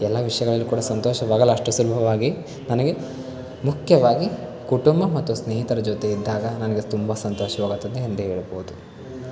ಎಲ್ಲ ವಿಷಯಗಳಲ್ಲೂ ಕೂಡ ಸಂತೋಷವಾಗಲ್ಲ ಅಷ್ಟು ಸುಲಭವಾಗಿ ನನಗೆ ಮುಖ್ಯವಾಗಿ ಕುಟುಂಬ ಮತ್ತು ಸ್ನೇಹಿತರ ಜೊತೆ ಇದ್ದಾಗ ನನಗೆ ತುಂಬ ಸಂತೋಷವಾಗುತ್ತದೆ ಎಂದು ಹೇಳ್ಬೋದು